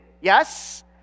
yes